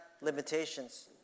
limitations